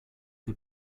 der